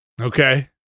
Okay